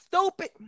stupid